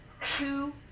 Two